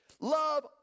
Love